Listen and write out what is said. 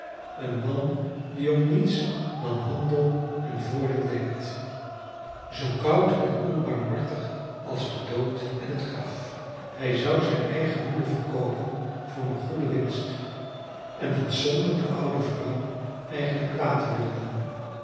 gevoel een man die om niets dan handel en voordeel denkt zoo koud en onbarmhartig als de dood en het graf hij zou zijne eigene moeder verkoopen voor eene goede winst en dat zonder de oude vrouw eigenlijk kwaad te willen doen